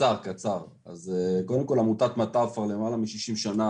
קודם כל, עמותת מט"ב כבר למעלה משישים שנה